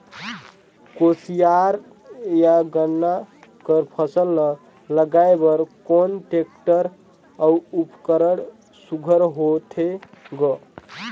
कोशियार या गन्ना कर फसल ल लगाय बर कोन टेक्टर अउ उपकरण सुघ्घर होथे ग?